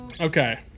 okay